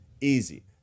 easy